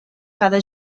cada